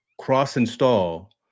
cross-install